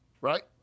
Right